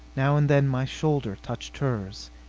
now and then my shoulder touched hers,